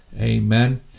amen